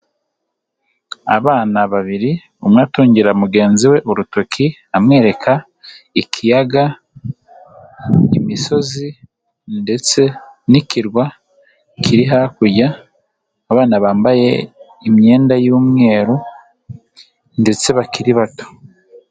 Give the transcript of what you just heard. Abana babiri umwe atungira mugenzi we urutoki amwereka ikiyaga, imisozi ndetse n'ikirwa kiri hakurya, abana bambaye imyenda y'umweru ndetse bakiri bato.